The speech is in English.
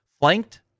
flanked